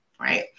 right